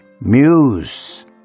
Muse